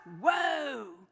whoa